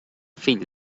fill